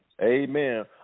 Amen